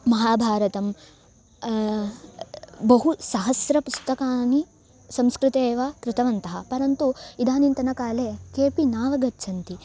महाभारतं बहु सहस्रपुस्तकानि संस्कृते एव कृतवन्तः परन्तु इदानींतनकाले केऽपि नावगच्छन्ति